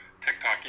TikTok